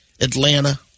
Atlanta